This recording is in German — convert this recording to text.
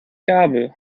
gabel